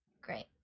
great